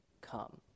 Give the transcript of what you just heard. come